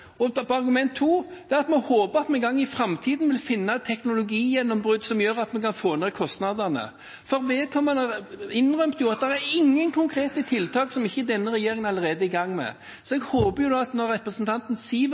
koster. Og argument 2: Vi håper at vi en gang i framtiden vil finne et teknologigjennombrudd som gjør at vi kan få ned kostnadene. For vedkommende innrømmet jo at det er ingen konkrete tiltak som ikke denne regjeringen allerede er i gang med. Så jeg håper – når representanten